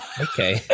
Okay